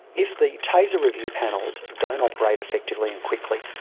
if the taser review panels don't operate effectively and quickly,